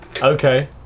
Okay